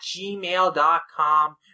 gmail.com